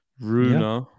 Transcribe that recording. Runa